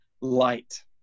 light